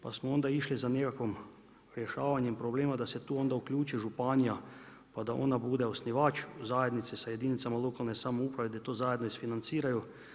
Pa smo onda išli za nekakvom rješavanjem problema da se tu onda uključi županija, pa da ona bude osnivač zajednice sa jedinicama lokalne samouprave, da to zajedno isfinanciraju.